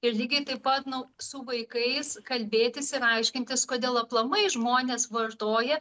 ir lygiai taip pat nu su vaikais kalbėtis ir aiškintis kodėl aplamai žmonės vartoja